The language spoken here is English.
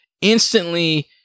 Instantly